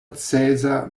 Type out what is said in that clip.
caesar